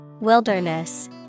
Wilderness